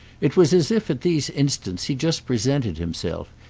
it was as if at these instants he just presented himself,